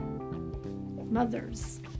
Mothers